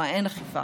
או האין-אכיפה,